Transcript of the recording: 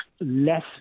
less